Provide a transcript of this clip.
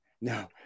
no